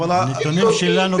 יודעים.